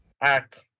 act